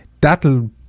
that'll